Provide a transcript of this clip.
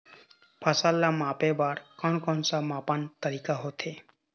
फसल ला मापे बार कोन कौन सा मापन तरीका होथे?